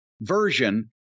version